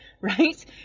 Right